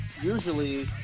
usually